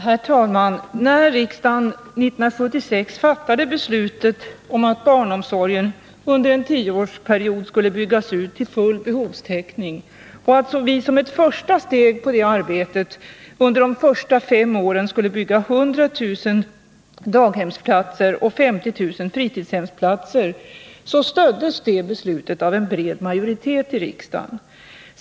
Herr talman! När riksdagen 1976 fattade beslutet om att barnomsorgen under en tioårsperiod skulle byggas ut till full behovstäckning och att vi som ett första steg på det arbetet under de första fem åren skulle bygga 100 000 daghemsplatser och 50 000 fritidshemsplatser, stöddes det av en bred majoritet i riksdagen.